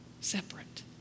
separate